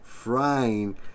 Frying